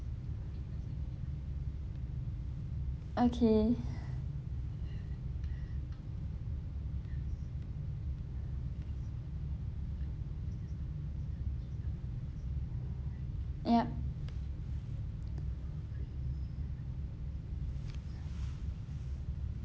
okay yup